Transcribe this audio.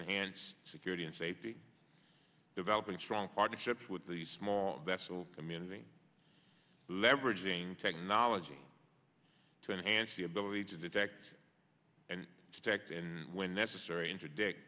to hands security and safety developing strong partnerships with the small vessel community leveraging technology to enhance the ability to detect and protect and when necessary intraday